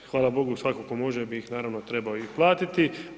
Hvala Bogu svako ko može bi ih naravno i trebao platiti.